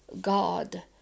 God